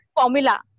formula